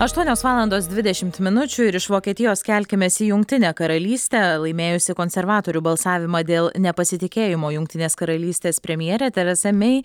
aštuonios valandos dvidešimt minučių ir iš vokietijos kelkimės į jungtinę karalystę laimėjusi konservatorių balsavimą dėl nepasitikėjimo jungtinės karalystės premjerė teresa mei